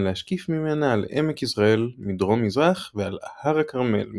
להשקיף ממנה על עמק יזרעאל מדרום-מזרח ועל הר הכרמל ממערב.